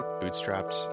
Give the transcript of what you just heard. bootstrapped